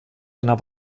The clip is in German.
einer